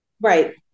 Right